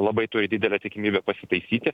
labai turi didelę tikimybę pasitaisyti